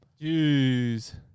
Jeez